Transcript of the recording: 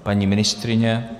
Paní ministryně?